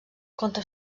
contra